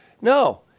No